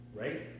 right